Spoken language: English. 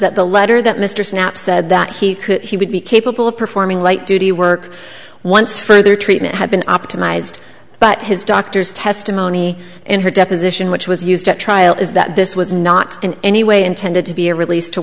that the letter that mr snapp said that he could he would be capable of performing light duty work once further treatment had been optimized but his doctors testimony in her deposition which was used at trial is that this was not in any way intended to be a rel